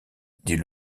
dit